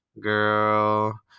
Girl